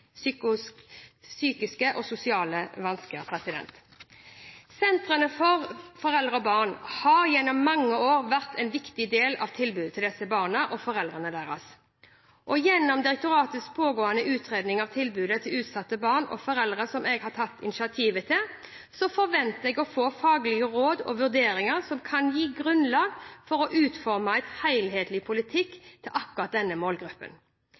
sosiale vansker. Sentrene for foreldre og barn har gjennom mange år vært en viktig del av tilbudet til disse barna og foreldrene deres. Gjennom direktoratets pågående utredning av tilbudet til utsatte barn og foreldre, som jeg har tatt initiativet til, forventer jeg å få faglige råd og vurderinger som kan gi grunnlag for å utforme en helhetlig politikk for akkurat denne målgruppen.